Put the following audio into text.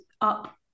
up